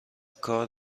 کار